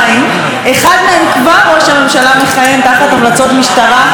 באחד מהם כבר ראש הממשלה מכהן תחת המלצות משטרה לשוחד,